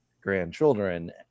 grandchildren